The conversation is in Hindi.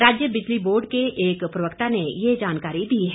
राज्य बिजली बोर्ड के एक प्रवक्ता ने यह जानकारी दी है